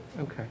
Okay